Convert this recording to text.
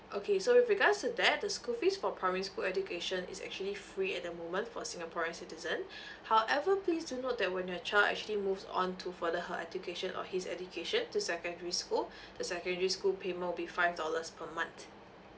okay so with regards to that the school fees for primary school education is actually free at the moment for singaporean citizen however please do note that when your child actually moves on to further her education or his education to secondary school the secondary school payment will be five dollars per month